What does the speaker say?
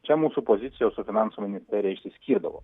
čia mūsų pozicijos su finansų ministerija išsiskirdavo